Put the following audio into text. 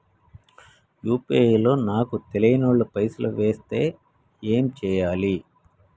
UPI లో నాకు తెల్వనోళ్లు పైసల్ ఎస్తే ఏం చేయాలి?